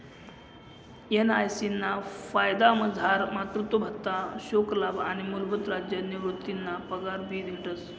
NIC ना फायदामझार मातृत्व भत्ता, शोकलाभ आणि मूलभूत राज्य निवृतीना पगार भी भेटस